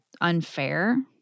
unfair